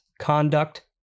conduct